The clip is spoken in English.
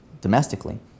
domestically